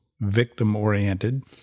victim-oriented